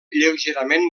lleugerament